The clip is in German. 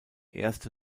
erste